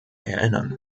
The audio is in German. erinnern